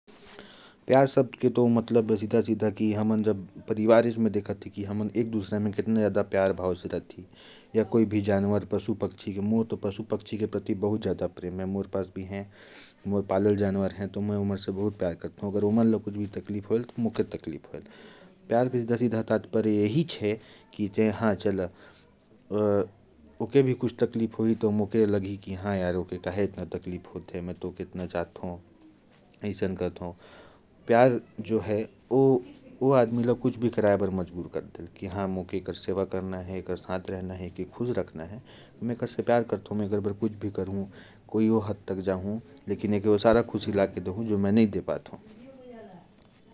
"प्यार" शब्द का मतलब है, हम जैसे परिवार में रहते हैं, तो एक-दूसरे से बहुत प्यार करते हैं। कोई पशु है जिसे हम पाले रखते हैं, अगर उसे कोई तकलीफ होती है, तो हमें भी दुःख होता है। यही चीज़ प्यार को दर्शाती है।